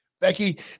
Becky